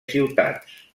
ciutats